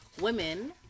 women